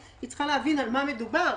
היא צריכה להבין על מה מדובר.